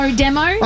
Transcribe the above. demo